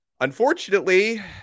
Unfortunately